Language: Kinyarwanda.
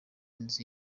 nzi